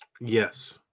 Yes